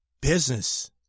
business